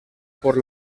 por